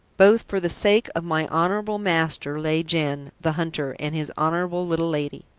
both for the sake of my honourable master, lieh jen, the hunter, and his honourable little lady.